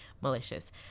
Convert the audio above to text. malicious